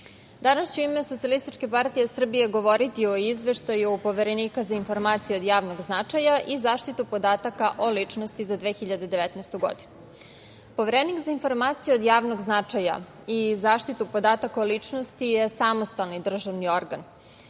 danas ću u ime SPS govoriti o izveštaju Poverenika za informacije od javnog značaja i zaštitu podataka o ličnosti za 2019. godinu. Poverenik za informacije od javnog značaja i zaštitu podataka o ličnosti je samostalni državni organ,